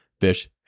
fish